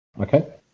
Okay